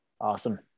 Awesome